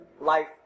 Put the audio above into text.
life